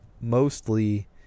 mostly